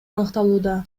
аныкталууда